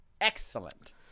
excellent